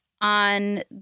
on